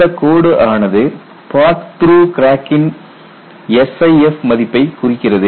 இந்த கோடு ஆனது பார்ட் த்ரூ கிராக்கின் SIF மதிப்பை குறிக்கிறது